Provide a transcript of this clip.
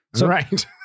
Right